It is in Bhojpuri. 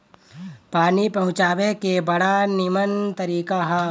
पानी पहुँचावे के बड़ा निमन तरीका हअ